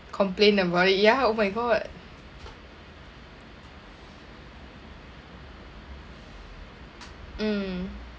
complain about it ya oh my god mm